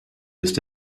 ist